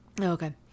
Okay